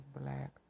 black